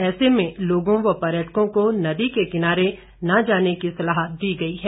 ऐसे में लोगों व पर्यटकों को नदी के किनारे न जाने की सलाह दी गई है